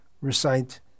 recite